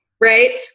right